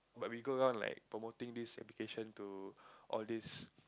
but we go down like promoting this application to all these